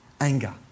anger